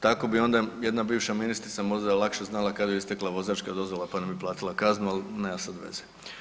Tako bi onda jedna bivša ministrica možda lakše znala kad joj je istekla vozačka dozvola, pa ne bi platila kaznu, al nema sad veze.